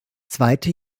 zweite